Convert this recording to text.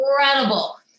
Incredible